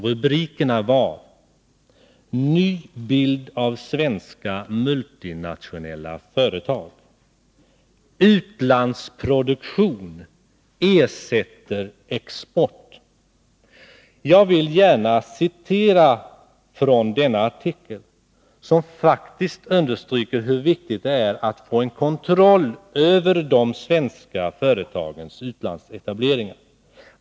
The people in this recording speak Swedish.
Rubriken löd: ”Ny bild av svenska multinationella företag: Utlandsproduktion ersätter export.” Jag vill gärna citera från denna artikel, som faktiskt understryker hur viktigt det är att få en kontroll över de svenska företagens utlandsetableringar.